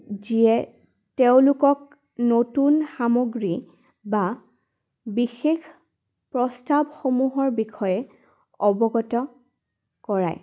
যিয়ে তেওঁলোকক নতুন সামগ্ৰী বা বিশেষ প্ৰস্তাৱসমূহৰ বিষয়ে অৱগত কৰায়